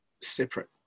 separate